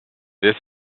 this